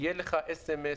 יהיה לך סמ"ס,